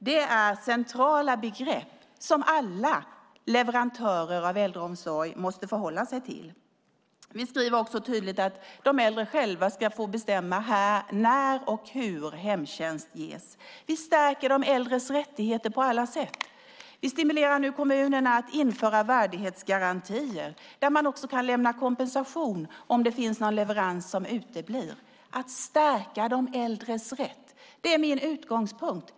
Det är centrala begrepp som alla leverantörer av äldreomsorg måste förhålla sig till. Vi skriver också tydligt att de äldre själva ska få bestämma när och hur hemtjänst ska ges. Vi stärker de äldres rättigheter på alla sätt. Vi stimulerar nu kommunerna att införa värdighetsgarantier, där man också kan lämna kompensation om det finns någon leverans som uteblir. Att stärka de äldres rätt är min utgångspunkt.